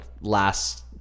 last